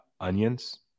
onions